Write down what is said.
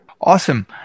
awesome